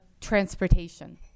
transportation